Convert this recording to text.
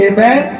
Amen